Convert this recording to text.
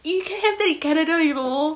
you can have that in canada you know